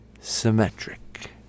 symmetric